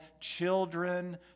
children